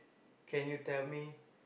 can you tell me